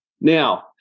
Now